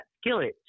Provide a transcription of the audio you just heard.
skillet